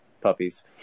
puppies